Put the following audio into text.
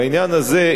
בעניין הזה,